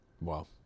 Wow